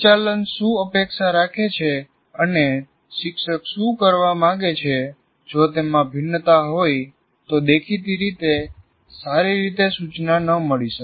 સંચાલન શું અપેક્ષા રાખે છે અને શિક્ષક શું કરવા માંગે છે જો તેમાં ભિન્નતા હોયતો દેખીતી રીતે સારી રીતે સૂચના ન મળી શકે